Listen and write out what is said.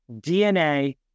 DNA